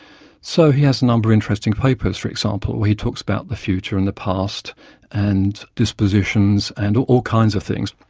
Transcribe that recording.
so, he has a number of interesting papers, for example, where he talks about the future and the past and dispositions and all kinds of things.